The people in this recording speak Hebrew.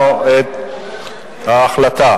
דווקא בהגבלת דמי